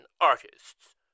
artists